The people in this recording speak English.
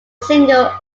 single